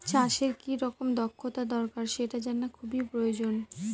চাষের কি রকম দক্ষতা দরকার সেটা জানা খুবই প্রয়োজন